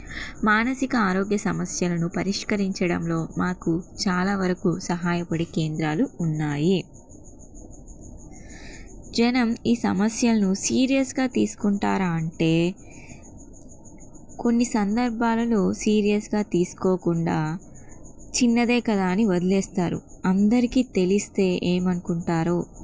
మానసిక ఆరోగ్య సమస్యలను పరిష్కరించడంలో మాకు చాలా వరకు సహాయపడే కేంద్రాలు ఉన్నాయి జనం ఈ సమస్యలను సీరియస్గా తీసుకుంటారా అంటే కొన్ని సందర్భాలలో సీరియస్గా తీసుకోకుండా చిన్నదే కదా అని వదిలేస్తారు అందరికీ తెలిస్తే ఏమనుకుంటారో